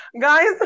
guys